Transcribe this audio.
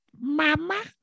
mama